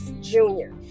junior